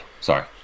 sorry